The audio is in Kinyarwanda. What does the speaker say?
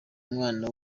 umwana